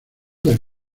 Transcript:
del